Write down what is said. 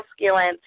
masculine